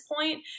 point